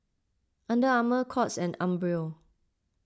Under Armour Courts and Umbro